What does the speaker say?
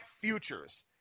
futures